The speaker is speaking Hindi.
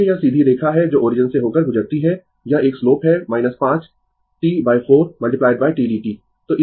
क्योंकि यह सीधी रेखा है जो ओरिजिन से होकर गुजरती है यह एक स्लोप है 5 T 4 tdt